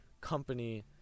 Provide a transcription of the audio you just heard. company